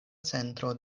centro